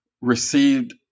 received